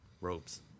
robes